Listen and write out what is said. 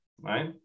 right